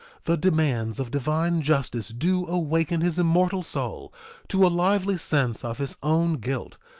the demands of divine justice do awaken his immortal soul to a lively sense of his own guilt,